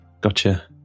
Gotcha